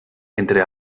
entre